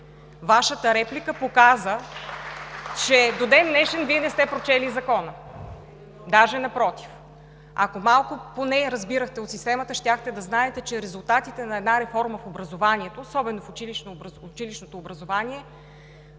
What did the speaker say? Вашата реплика показа, че до ден-днешен Вие не сте прочели Закона! Даже напротив – ако разбирахте поне малко от системата, щяхте да знаете, че резултатите на една реформа в образованието, особено в училищното образование